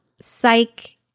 psych